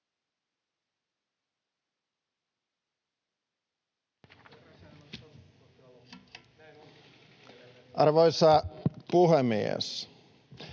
Arvoisa puhemies!